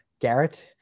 Garrett